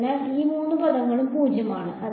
അതിനാൽ മൂന്ന് പദങ്ങളും 0 ആണ്